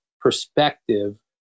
perspective